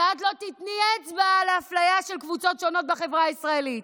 שאת לא תיתני אצבע לאפליה של קבוצות שונות בחברה הישראלית.